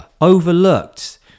overlooked